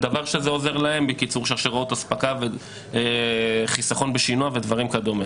זה דבר שעוזר להן בקיצור שרשראות אספקה וחסכון בשינוע וכדו'.